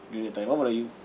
during that time what about you